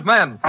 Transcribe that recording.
Men